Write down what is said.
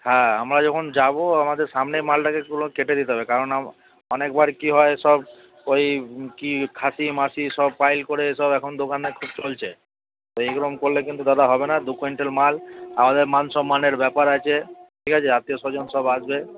হ্যাঁ আমরা যখন যাবো আমাদের সামনেই মালটাকেগুলো কেটে দিতে হবে কারণ অনেকবার কি হয় সব ওই কি খাসি মাসি সব পাইল করে সব এখন দোকানে খুব চলছে তো এইরকম করলে কিন্তু দাদা হবে না দু কুইন্টাল মাল আমাদের মান সম্মানের ব্যাপার আছে ঠিক আছে আত্মীয় স্বজন সব আসবে